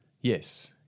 Yes